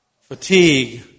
fatigue